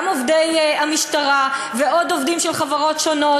עובדי המשטרה ועוד עובדים של חברות שונות,